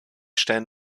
stellen